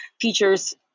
features